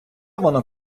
воно